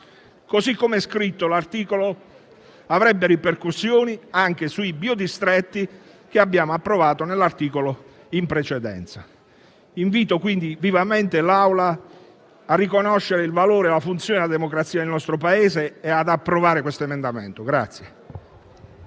Così come scritto, l'articolo 14 avrebbe ripercussioni anche sui biodistretti che abbiamo approvato nell'articolo 13. Invito, quindi, vivamente l'Aula a riconoscere il valore e la funzione della democrazia nel nostro Paese e ad approvare questo emendamento.